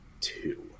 two